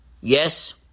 Yes